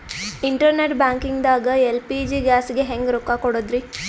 Internet banking ದಾಗ LPG ಗ್ಯಾಸ್ಗೆ ಹೆಂಗ್ ರೊಕ್ಕ ಕೊಡದ್ರಿ?